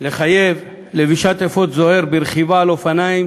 לחייב לבישת אפוד זוהר ברכיבה על אופניים